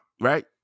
right